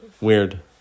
weird